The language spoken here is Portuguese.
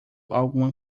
alguma